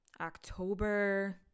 October